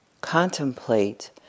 Contemplate